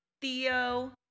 Theo